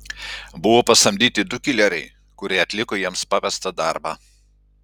buvo pasamdyti du kileriai kurie atliko jiems pavestą darbą